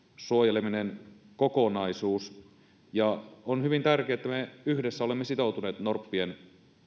suojeleminen kokonaisuus on hyvin tärkeää että me yhdessä olemme sitoutuneet norppien